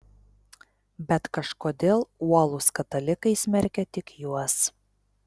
bet kažkodėl uolūs katalikai smerkia tik juos